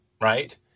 right